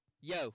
Yo